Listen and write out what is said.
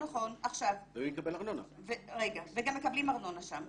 נכון, וגם מקבלים ארנונה שם.